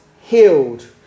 healed